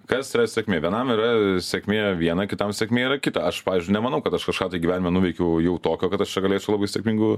kas yra sėkmė vienam yra sėkmė viena kitam sėkmė yra kita aš pavyzdžiui nemanau kad aš kažką gyvenime nuveikiau jau tokio kad aš čia galėčiau labai sėkmingu